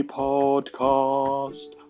podcast